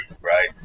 right